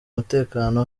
umutekano